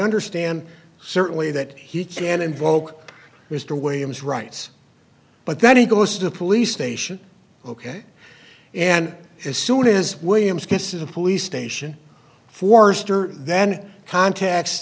understand certainly that he can invoke mr williams rights but that he goes to the police station ok and as soon as williams kisses a police station forster then contacts